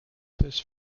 this